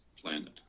planet